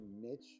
niche